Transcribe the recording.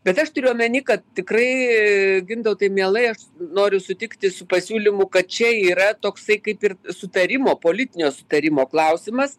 bet aš turiu omeny kad tikrai gintautai mielai aš noriu sutikti su pasiūlymu kad čia yra toksai kaip ir sutarimo politinio sutarimo klausimas